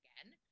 again